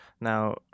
now